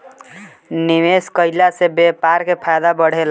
निवेश कईला से व्यापार के फायदा बढ़ेला